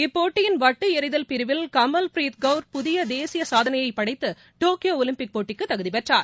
இப்போட்டியின் வட்டு எறிதல் பிரிவல் கமல் ப்ரீத் கௌர் புதிய தேசிய சுதனையைப் படைத்து டோக்கியோ ஒலிம்பிக் போட்டிக்கு தகுதி பெற்றார்